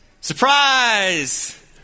Surprise